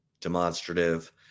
demonstrative